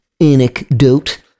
Anecdote